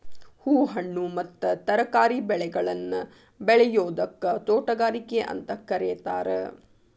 ಹೂ, ಹಣ್ಣು ಮತ್ತ ತರಕಾರಿ ಬೆಳೆಗಳನ್ನ ಬೆಳಿಯೋದಕ್ಕ ತೋಟಗಾರಿಕೆ ಅಂತ ಕರೇತಾರ